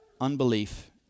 unbelief